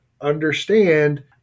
understand